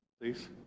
please